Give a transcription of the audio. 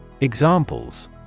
Examples